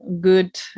good